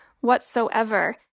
whatsoever